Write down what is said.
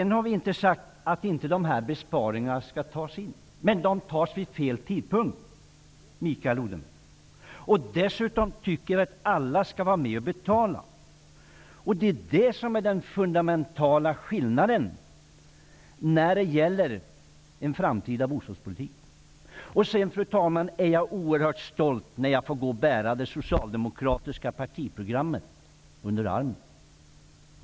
Vi har inte sagt att dessa besparingar inte skall tas ut. Men de genomförs vid fel tidpunkt, Mikael Odenberg. Dessutom skall alla vara med och betala. Detta är den fundamentala skillnaden när det gäller den framtida bostadspolitiken. Fru talman! Jag är oerhört stolt över att bära det socialdemokratiska partiprogrammet under armen.